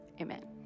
Amen